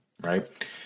right